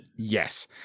Yes